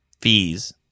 fees